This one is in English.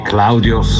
Claudio